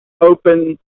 open